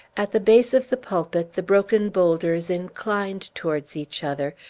at the base of the pulpit, the broken bowlders inclined towards each other,